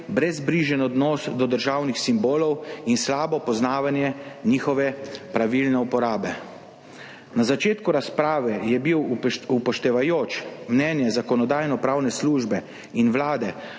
brezbrižen odnos do državnih simbolovin slabo poznavanje njihove pravilne uporabe. Na začetku razprave je bil, upoštevajoč mnenje Zakonodajno-pravne službe in Vlade,